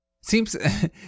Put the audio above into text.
Seems